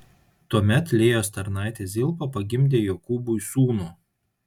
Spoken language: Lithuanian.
tuomet lėjos tarnaitė zilpa pagimdė jokūbui sūnų